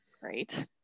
Great